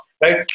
right